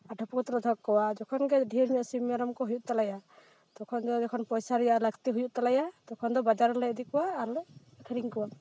ᱰᱷᱟᱯᱚᱜ ᱠᱟᱛᱮᱞᱮ ᱫᱚᱦᱚ ᱠᱟᱠᱚᱣᱟ ᱡᱚᱠᱷᱚᱱ ᱜᱮ ᱰᱷᱮᱨ ᱧᱚᱜ ᱥᱤᱢ ᱢᱮᱨᱚᱢ ᱠᱚ ᱦᱩᱭᱩᱜ ᱛᱟᱞᱮᱭᱟ ᱛᱚᱠᱷᱚᱱ ᱜᱮ ᱡᱚᱠᱷᱚᱱ ᱯᱚᱭᱥᱟ ᱨᱮᱭᱟᱜ ᱞᱟᱹᱠᱛᱤ ᱦᱩᱭᱩᱜ ᱛᱟᱞᱮᱭᱟ ᱛᱚᱠᱷᱚᱱ ᱫᱚ ᱵᱟᱡᱟᱨ ᱨᱮᱞᱮ ᱤᱫᱤ ᱠᱚᱣᱟ ᱟᱨ ᱞᱮ ᱟᱹᱠᱷᱨᱤᱧ ᱠᱚᱣᱟ